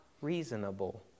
reasonable